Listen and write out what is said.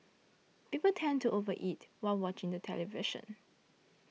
people tend to over eat while watching the television